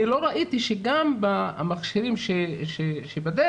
אני לא ראית שגם המכשירים שבדרך,